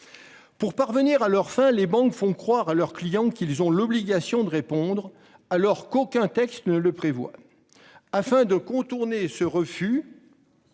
Pour parvenir à leurs fins, les banques font croire à leurs clients qu'ils ont l'obligation de répondre, alors qu'aucun texte ne le prévoit. Afin de contourner un